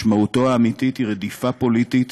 משמעותו האמיתית היא רדיפה פוליטית